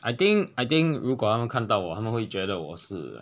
I think I think 如果他们看到我他们会觉得我是